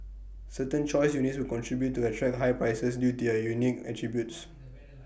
certain choice units will continue to attract high prices due to their unique attributes